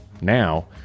Now